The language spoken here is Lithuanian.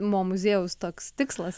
mo muziejaus toks tikslas